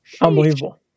Unbelievable